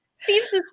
Seems